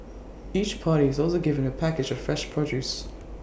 each party is also given A package of fresh produce